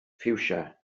ffiwsia